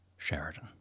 Sheridan